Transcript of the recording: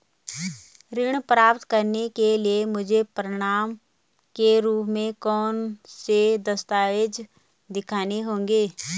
ऋण प्राप्त करने के लिए मुझे प्रमाण के रूप में कौन से दस्तावेज़ दिखाने होंगे?